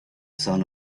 sun